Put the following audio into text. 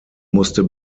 musste